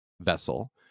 vessel